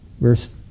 Verse